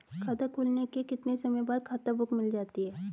खाता खुलने के कितने समय बाद खाता बुक मिल जाती है?